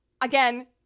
again